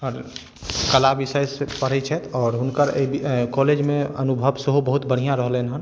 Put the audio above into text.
आओर कला विषयसँ पढ़ै छथि आओर हुनकर कॉलेजमे अनुभव सेहो बहुत बढ़िआँ रहलनि हँ